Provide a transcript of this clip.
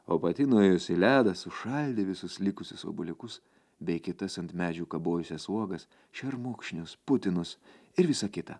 o pati nuėjus į ledą sušaldė visus likusius obuoliukus bei kitas ant medžių kabojusias uogas šermukšnius putinus ir visa kita